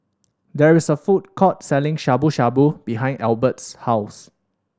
there is a food court selling Shabu Shabu behind Albert's house